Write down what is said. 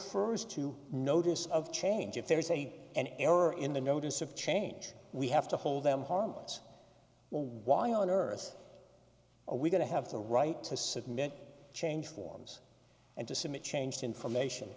ers to notice of change if there is a an error in the notice of change we have to hold them harmless well why on earth are we going to have the right to submit change forms and to submit change information